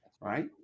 right